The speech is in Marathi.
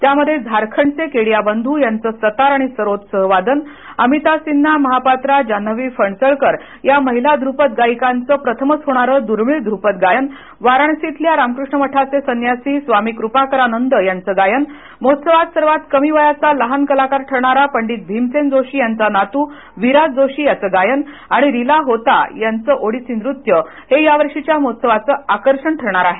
त्यामध्ये झारखंडचे केडिया बधू यांच सतार आणि सरोद सहवादन अमिता सिन्हा महापात्रा आणि जान्हवी फणसळकर या महिला धृपद गायिकांचं प्रथमच होणार दुर्मिळ धुपद गायन वाराणशी येथील रामकृष्ण मठाचे संन्यासी स्वामी कृपाकरानंद यांचं गायन महोत्सवात सर्वात कमी वयाचा लहान कलाकार ठरणारा पंडित भीमसेन जोशी यांचा नातू विराज जोशी याचं गायन आणि रीला होता यांचं ओडिसी नृत्य हे या वर्षीच्या महोत्सवाचं आकर्षण ठरणार आहे